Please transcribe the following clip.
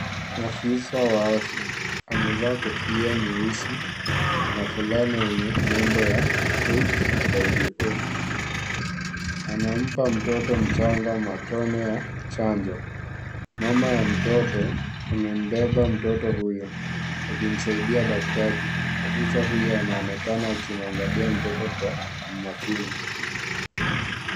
Afis awa afya amevaa kofia nyeusi na fulana yenye nembo ya WHO anampa mtoto mchanga matone ya chanjo, mama wa mtoto amembeba mtoto huyo akimsaidia daktari afisa huyo anaonekana akimwangalia mtoto kwa makini.